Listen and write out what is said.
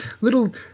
little